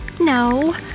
No